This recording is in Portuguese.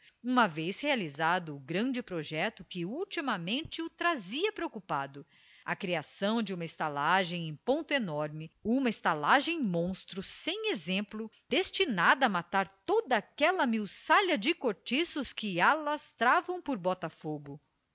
uma vez realizado o grande projeto que ultimamente o trazia preocupado a criação de uma estalagem em ponto enorme uma estalagem monstro sem exemplo destinada a matar toda aquela miuçalha de cortiços que alastravam por botafogo